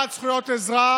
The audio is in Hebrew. בעד זכויות אזרח,